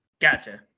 Gotcha